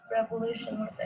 revolution